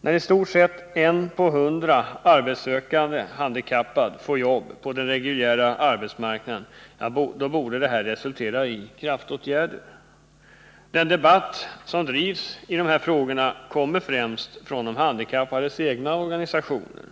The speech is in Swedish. När i stort sett en på hundra arbetssökande handikappade får jobb på den reguljära arbetsmarknaden, borde detta resultera i kraftåtgärder. Den debatt som drivs i dessa frågor kommer främst från de handikappades egna organisationer.